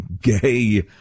Gay